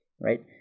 right